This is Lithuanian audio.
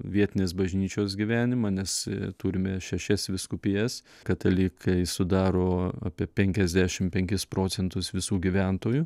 vietinės bažnyčios gyvenimą nes turime šešias vyskupijas katalikai sudaro apie penkiasdešim penkis procentus visų gyventojų